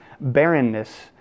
barrenness